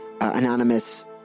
anonymous